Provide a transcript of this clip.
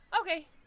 Okay